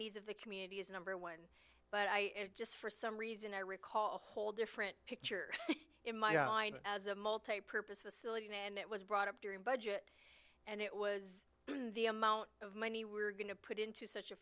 needs of the community is number one but i just for some reason i recall whole different picture as a multipurpose facility and it was brought up during budget and it was the amount of money we're going to put into such a